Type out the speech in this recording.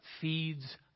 feeds